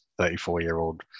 34-year-old